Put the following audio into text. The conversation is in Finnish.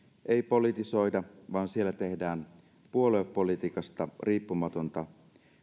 ei politisoida vaan siellä tehdään puoluepolitiikasta riippumatonta